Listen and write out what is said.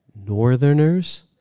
northerners